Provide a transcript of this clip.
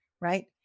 Right